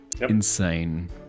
Insane